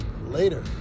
later